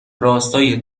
راستای